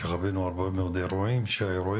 כאשר חווינו הרבה מאוד אירועים שבהם